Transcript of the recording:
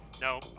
no